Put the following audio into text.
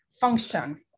function